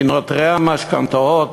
כי לנוטלי המשכנתאות,